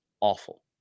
awful